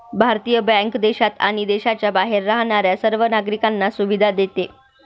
भारतीय बँक देशात आणि देशाच्या बाहेर राहणाऱ्या सर्व नागरिकांना सुविधा देते